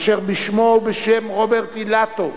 אשר בשמו ובשם חבר הכנסת רוברט אילטוב